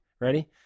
Ready